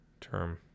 term